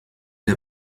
der